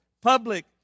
public